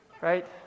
right